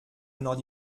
noch